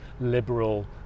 liberal